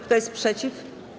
Kto jest przeciw?